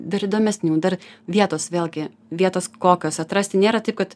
dar įdomesnių dar vietos vėlgi vietos kokios atrasti nėra taip kad